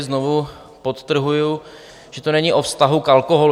Znovu podtrhuji, že to není o vztahu k alkoholu.